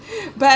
but